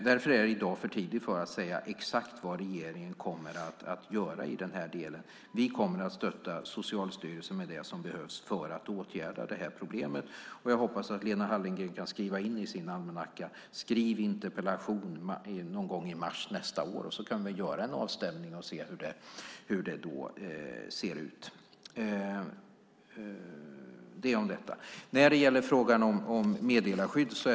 Därför är det i dag för tidigt att säga exakt vad regeringen kommer att göra. Vi kommer att stötta Socialstyrelsen med det som behövs för att åtgärda problemet. Jag hoppas att Lena Hallengren kan skriva in i sin almanacka: Skriv interpellation någon gång i mars nästa år, så kan vi göra en avstämning och se hur det ser ut då. Så till meddelarskyddet.